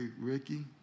Ricky